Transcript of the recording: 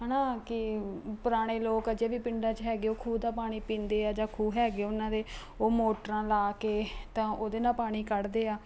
ਹੈ ਨਾ ਕਿ ਪੁਰਾਣੇ ਲੋਕ ਅਜੇ ਵੀ ਪਿੰਡਾਂ 'ਚ ਹੈਗੇ ਉਹ ਖੂਹ ਦਾ ਪਾਣੀ ਪੀਂਦੇ ਆ ਜਾਂ ਖੂਹ ਹੈਗੇ ਉਹਨਾਂ ਦੇ ਉਹ ਮੋਟਰਾਂ ਲਾ ਕੇ ਤਾਂ ਉਹਦੇ ਨਾਲ ਪਾਣੀ ਕੱਢਦੇ ਆ